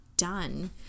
done